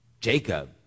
Jacob